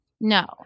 No